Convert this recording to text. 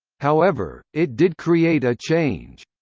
however, it did create a change.